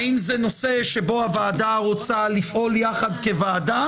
האם זה נושא שבו הוועדה רוצה לפעול יחד כוועדה